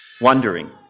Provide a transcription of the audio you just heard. wondering